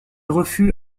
refus